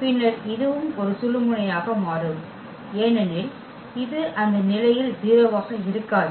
பின்னர் இதுவும் ஒரு சுழுமுனையாக மாறும் ஏனெனில் இது அந்த நிலையில் 0 ஆக இருக்காது